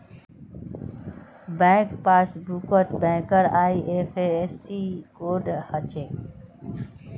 bank पासबुकत बैंकेर IFSC code हछे